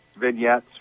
vignettes